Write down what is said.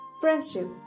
friendship